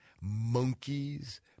monkeys